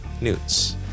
newts